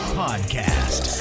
podcast